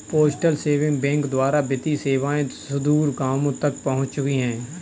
postal saving bank द्वारा वित्तीय सेवाएं सुदूर गाँवों तक पहुंच चुकी हैं